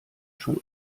schon